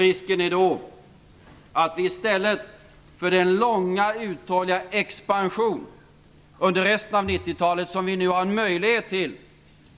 Risken är då att i stället för den långa uthålliga expansion under resten av 1990-talet som vi nu har en möjlighet till